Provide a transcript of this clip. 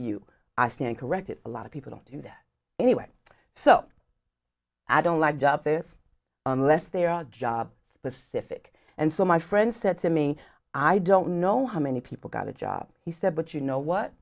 you i stand corrected a lot of people do that anyway so i don't like job this unless there are job specific and so my friend said to me i don't know how many people got a job he said but you know what